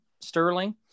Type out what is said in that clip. Sterling